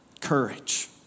Courage